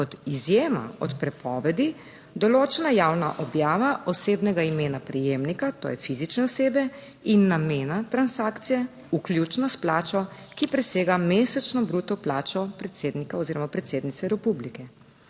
Kot izjema od prepovedi določena javna objava osebnega imena prejemnika, to je fizične osebe in namena transakcije. Vključno s plačo, ki presega mesečno bruto plačo predsednika oziroma predsednice republike.